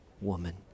woman